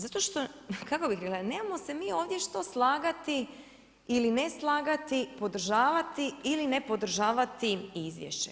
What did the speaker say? Zato što, kako bi rekla, nemamo se mi ovdje što slagati ili ne slagati, podržavati, ili ne podržavati izvješće.